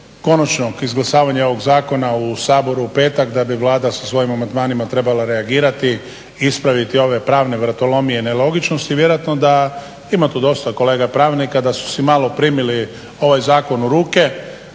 konačnog izglasavanja ovog zakona u Saboru u petak, da bi Vlada sa svojim amandmanima trebala reagirati i ispraviti ove pravne vratolomije i nelogičnosti. Vjerojatno da ima tu dosta kolega pravnika, da su si malo primili ovaj zakon u ruke